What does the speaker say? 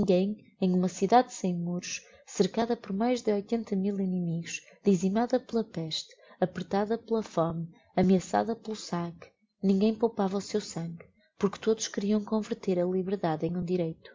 ninguem em uma cidade sem muros cercada por mais de oitenta mil inimigos dizimada pela peste apertada pela fome ameaçada pelo saque ninguem poupava o seu sangue porque todos queriam converter a liberdade em um direito